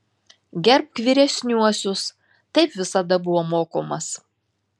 gerbk vyresniuosius taip visada buvo mokomas